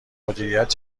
مدیریت